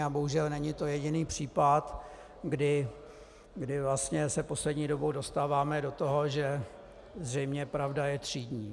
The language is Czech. A bohužel, není to jediný případ, kdy se poslední dobou dostáváme do toho, že zřejmě pravda je třídní.